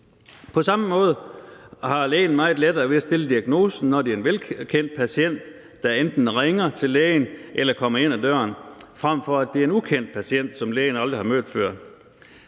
På samme måde har lægen meget lettere ved at stille diagnosen, når det er en velkendt patient, der enten ringer til lægen eller kommer ind ad døren, frem for at det er en ukendt patient, som lægen aldrig har mødt før.